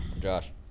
josh